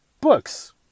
books